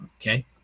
Okay